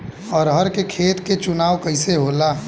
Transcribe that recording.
अरहर के खेत के चुनाव कइसे होला?